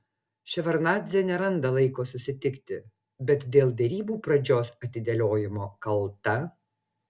ševardnadzė neranda laiko susitikti bet dėl derybų pradžios atidėliojimo kalta